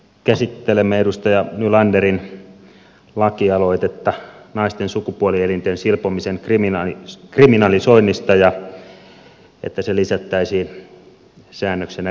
käsittelemme edustaja nylanderin lakialoitetta naisten sukupuolielinten silpomisen kriminalisoinnista että se lisättäisiin säännöksenä rikoslakiin